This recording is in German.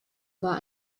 war